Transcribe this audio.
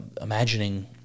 imagining